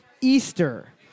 Easter